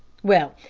well,